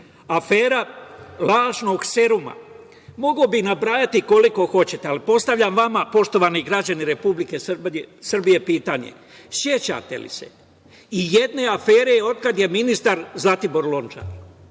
afera – lažnog seruma. Mogao bih nabrajati koliko hoćete, ali postavljam vama poštovani građani Republike Srbije pitanje – sećate li se ijedne afere od kada je ministar Zlatibor Lončar?